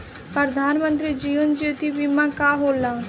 प्रधानमंत्री जीवन ज्योति बीमा योजना का होला?